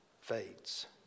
fades